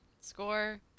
score